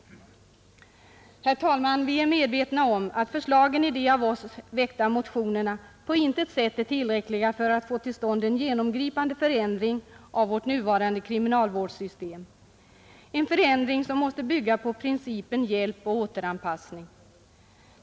28 april 1971 Vi är medvetna om att förslagen i våra motioner på intet sätt är tillräckliga för att få till stånd en genomgripande förändring av vårt nuvarande kriminalvårdssystem, en förändring som måste bygga på principen hjälp och återanpassning.